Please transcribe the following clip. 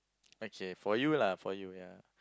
okay for you lah for you ya